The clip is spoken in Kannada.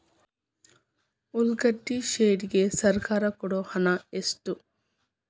ಉಳ್ಳಾಗಡ್ಡಿ ಶೆಡ್ ಗೆ ಸರ್ಕಾರ ಕೊಡು ಹಣ ಎಷ್ಟು?